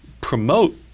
promote